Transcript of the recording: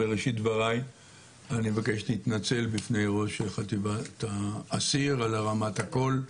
בראשית דבריי אני מבקש להתנצל בפני ראש חטיבת האסיר על הרמת הקול.